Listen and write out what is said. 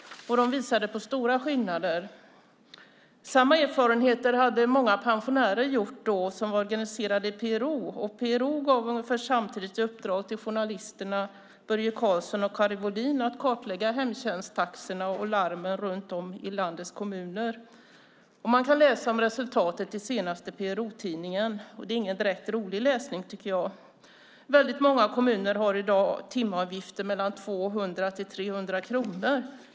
De visade på stora skillnader. Samma erfarenheter hade många pensionärer gjort som är organiserade i PRO. PRO gav ungefär samtidigt i uppdrag till journalisterna Börje Karlsson och Kari Molin att kartlägga hemtjänsttaxorna och larmen runt om i landets kommuner. Man kan läsa om resultatet i senaste PRO-tidningen. Det är ingen direkt rolig läsning, tycker jag. Väldigt många kommuner har i dag timavgifter mellan 200 och 300 kronor.